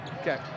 Okay